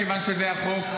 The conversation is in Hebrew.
כיוון שזה החוק,